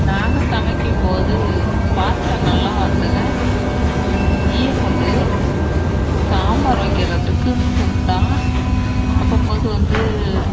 நாங்கள் சமைக்கும் போது பாத்திரங்கள்லாம் வந்துங்க ஈயக்குண்டு சாம்பார் வைக்கிறதுக்கு குண்டான் அப்பம்போது வந்து